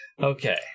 Okay